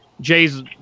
Jay's